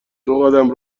دوقدم